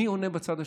מי עונה בצד השני?